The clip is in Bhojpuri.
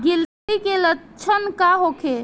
गिलटी के लक्षण का होखे?